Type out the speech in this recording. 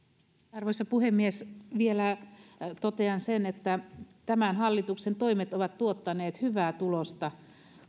arvoisa puhemies vielä totean sen että tämän hallituksen toimet ovat tuottaneet hyvää tulosta